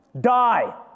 Die